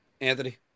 Anthony